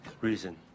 Reason